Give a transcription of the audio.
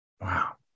Wow